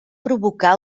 provocar